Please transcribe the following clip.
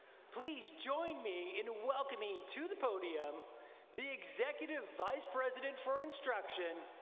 please join me in welcoming to the podium the executive vice president for instruction,